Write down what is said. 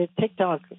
TikTok